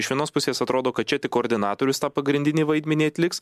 iš vienos pusės atrodo kad čia tik koordinatorius tą pagrindinį vaidmenį atliks